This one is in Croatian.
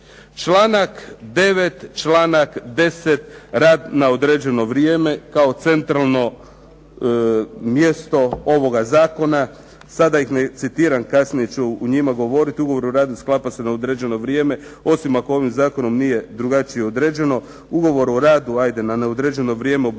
Članak 9., članak 10., rad na određeno vrijeme kao centralno mjesto ovoga zakona. Sada ih ne citiram, kasnije ću o njima govoriti. Ugovor o radu sklapa se na određeno vrijeme, osim ako ovim zakonom nije drugačije određeno. Ugovor o radu, hajde na neodređeno vrijeme obvezuje